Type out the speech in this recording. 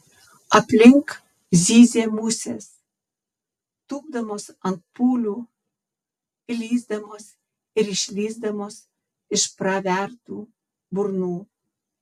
aplink zyzė musės tūpdamos ant pūlių įlįsdamos ir išlįsdamos iš pravertų burnų